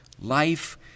life